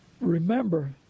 remember